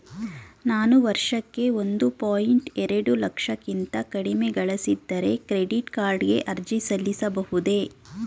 ನಾನು ವರ್ಷಕ್ಕೆ ಒಂದು ಪಾಯಿಂಟ್ ಎರಡು ಲಕ್ಷಕ್ಕಿಂತ ಕಡಿಮೆ ಗಳಿಸಿದರೆ ಕ್ರೆಡಿಟ್ ಕಾರ್ಡ್ ಗೆ ಅರ್ಜಿ ಸಲ್ಲಿಸಬಹುದೇ?